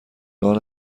نان